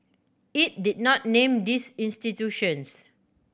it did not name these institutions